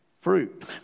fruit